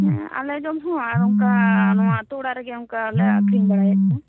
ᱦᱮᱸ ᱟᱞᱮ ᱡᱚᱢ ᱦᱚᱸ ᱟᱨ ᱚᱱᱠᱟ ᱱᱚᱶᱟ ᱟᱛᱳ ᱚᱲᱟᱜ ᱨᱮᱜᱮ ᱚᱱᱠᱟ ᱞᱮ ᱟᱹᱠᱷᱨᱤᱧ ᱵᱟᱲᱟ ᱮᱫ ᱠᱚᱣᱟ